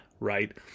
right